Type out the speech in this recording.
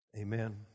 Amen